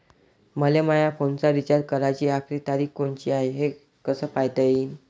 मले माया फोनचा रिचार्ज कराची आखरी तारीख कोनची हाय, हे कस पायता येईन?